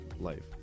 life